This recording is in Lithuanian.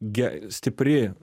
ge stipri